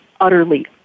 utterly